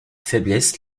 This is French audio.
faiblesse